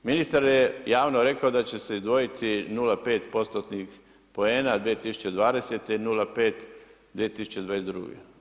Ministar je javno rekao da će se izdvojiti 0,5%-tnih poena 2020. i 0,5 2022.